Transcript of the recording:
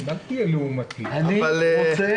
אני רוצה